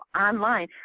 online